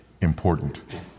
important